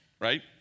right